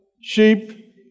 Sheep